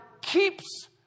keeps